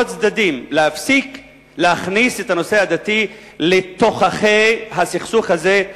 הצדדים להפסיק להכניס את הנושא הדתי לתוככי הסכסוך הזה,